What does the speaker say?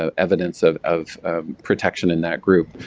um evidence of of protection in that group.